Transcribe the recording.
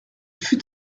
fut